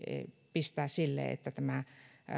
pistää sille että tämä